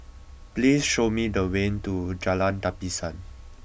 please show me the way to Jalan Tapisan